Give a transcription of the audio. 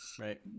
right